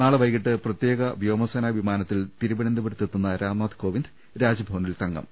നാളെ വൈകീട്ട് പ്രത്യേക വ്യോമസേനാ വിമാനത്തിൽ തിരുവനന്തപുരത്തെത്തുന്ന രാംനാഥ് കോവിന്ദ് രാജ്ഭവനിൽ തങ്ങും